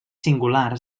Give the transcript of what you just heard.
singular